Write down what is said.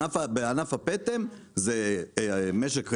בענף הפטם זה משק חופשי,